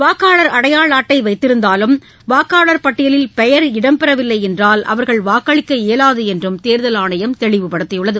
வாக்காளர் அடையாள அட்டை வைத்திருந்தாலும் வாக்காளர் பட்டியலில் பெயர் இடம்பெறவில்லை என்றால் அவர்கள் வாக்களிக்க இயலாது என்றும் தேர்தல் ஆணையம் தெளிவுப்படுத்தியுள்ளது